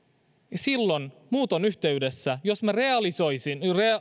silloin muuton yhteydessä jos minä realisoisin